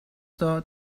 داد